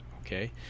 okay